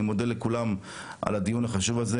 אני מודה לכולם על הדיון הזה.